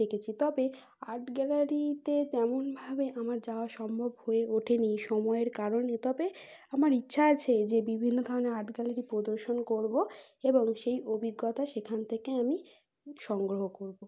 দেখেছি তবে আর্ট গ্যালারিতে তেমনভাবে আমার যাওয়া সম্ভব হয়ে ওঠেনি সময়ের কারণে তবে আমার ইচ্ছা আছে যে বিভিন্ন ধরনের আর্ট গ্যালারি প্রদর্শন করব এবং সেই অভিজ্ঞতা সেখান থেকে আমি সংগ্রহ করব